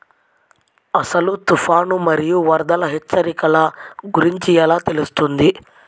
అసలు తుఫాను మరియు వరదల హెచ్చరికల గురించి ఎలా తెలుస్తుంది?